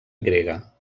grega